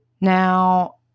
Now